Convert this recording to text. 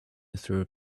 through